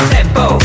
Tempo